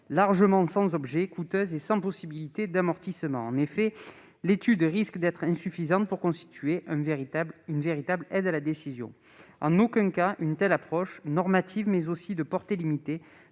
largement sans objet, coûteuses et sans possibilité d'amortissement. En effet, l'étude risque d'être insuffisante pour constituer une véritable aide à la décision. En aucun cas, une telle approche, normative mais aussi de portée limitée,